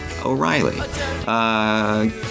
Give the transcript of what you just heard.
O'Reilly